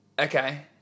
Okay